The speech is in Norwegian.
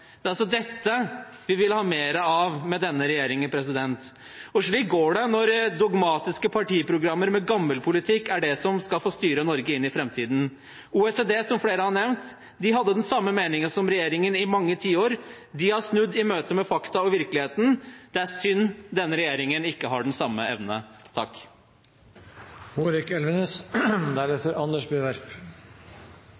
Det er altså dette vi vil ha mer av med denne regjeringen. Slik går det når dogmatiske partiprogrammer med gammel politikk er det som skal få styre Norge inn i framtiden. OECD, som flere har nevnt, hadde den samme meningen som regjeringen i mange tiår. De har snudd i møte med fakta og virkeligheten – det er synd denne regjeringen ikke har den samme